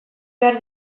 behar